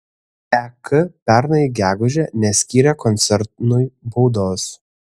ek pernai gegužę neskyrė koncernui baudos